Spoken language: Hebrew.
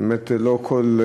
באמת, לא כל,